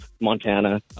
Montana